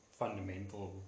fundamental